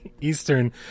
eastern